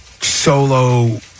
solo